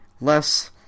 Less